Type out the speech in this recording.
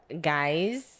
guys